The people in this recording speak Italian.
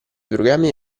programmi